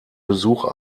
besuch